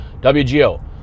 WGO